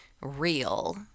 real